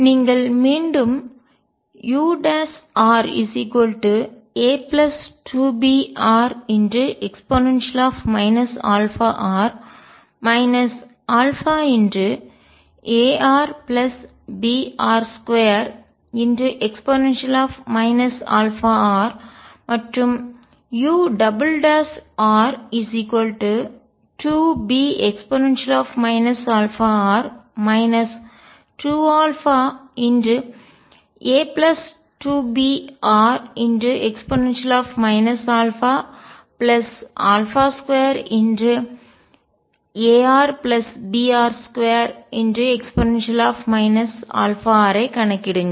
நீங்கள் மீண்டும் ura2bre αr αarbr2e αr மற்றும் ur2be αr 2αa2bre α2arbr2e αr ஐக் கணக்கிடுங்கள்